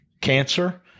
cancer